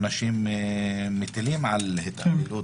איזה עונשים מטילים על התעללות.